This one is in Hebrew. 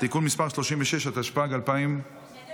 (תיקון מס' 106) (שופט